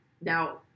Now